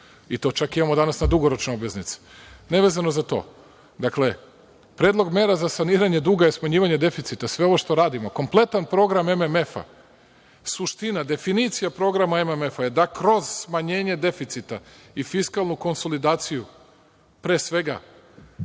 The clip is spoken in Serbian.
i to čak imamo danas na dugoročne obveznice. Nevezano za to, predlog mera za saniranje duga je smanjivanje deficita. Sve ovo što radimo, kompletan problem MMF, suština, definicija programa MMF je da kroz smanjenje deficita i fiskalnu konsolidaciju, pre svega,